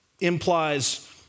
implies